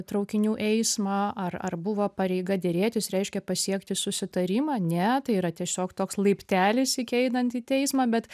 traukinių eismą ar ar buvo pareiga derėtis reiškia pasiekti susitarimą ne tai yra tiesiog toks laiptelis iki einant į teismą bet